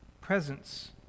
presence